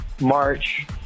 march